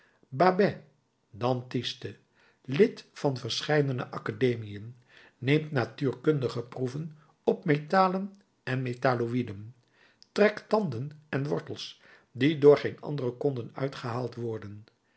babet dentiste lid van verscheidene academiën neemt natuurkundige proeven op metalen en metaloïden trekt tanden en wortels die door geen anderen konden uitgehaald worden